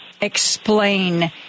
explain